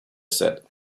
said